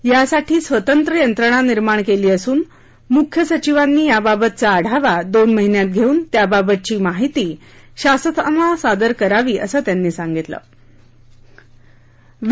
यासाठी स्वतंत्र यंत्रणा निर्माण केली असुन मुख्य सचिवांनी याबाबतचा आढावा दोन महिन्यात घेऊन त्याबाबतची माहिती शासनाला सादर करावी असं त्यांना सांगितलं आहे